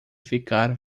ficar